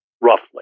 roughly